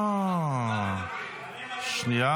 --- שנייה